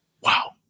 Wow